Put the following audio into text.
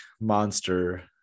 Monster